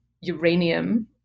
uranium